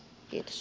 kiitos